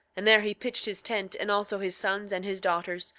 and there he pitched his tent, and also his sons and his daughters,